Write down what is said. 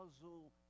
puzzle